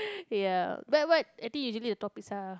ya but what I think usually the topics are